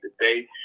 today